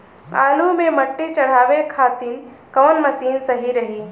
आलू मे मिट्टी चढ़ावे खातिन कवन मशीन सही रही?